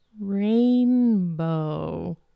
rainbow